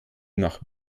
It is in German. nach